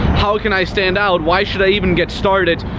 how can i stand out? why should i even get started?